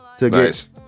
Nice